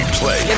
play